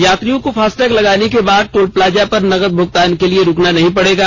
यात्रियों को फास्टैग लगाने के बाद टोल प्लाजा पर नकद भुगतान के लिए रूकना नहीं पड़ेगा